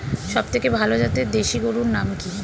সবথেকে ভালো জাতের দেশি গরুর নাম কি?